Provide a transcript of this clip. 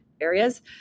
areas